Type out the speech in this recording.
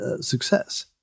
success